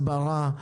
הסברה,